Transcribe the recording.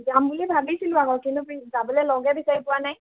যাম বুলি ভাবিছিলোঁ আক কিন্তু পি যাবলৈ লগে বিচাৰি পোৱা নাই